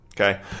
Okay